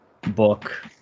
book